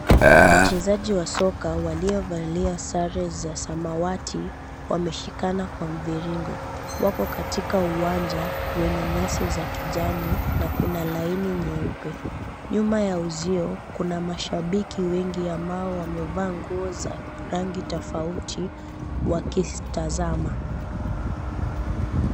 Wachezaji wa soka waliovalia sare za samawati wameshikana mviringo wako katika uwanja wenye nyasi za kijani, na kuna laini nyeupe. Nyuma ya uzio kuna washabiki wengi ambao wamevaa nguo za rangi tofauti wakitazama.